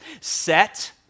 set